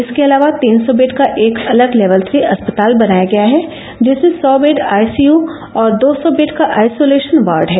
इसके अलावा तीन सौ बेड का एक अलग लेवल श्री अस्पताल बनाया गया है जिसमें सौ बेड आईसीय और दो सौ बेड का आइसोलेशन वार्ड है